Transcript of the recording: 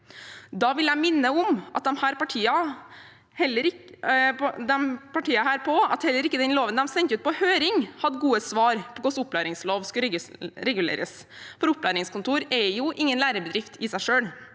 Da vil jeg minne disse partiene på at heller ikke den loven de sendte på høring, hadde gode svar på hvordan opplæringskontor skulle reguleres. Opplæringskontor er jo ingen lærebedrift i seg selv.